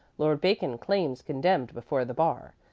lord bacon's claim's condemned before the bar.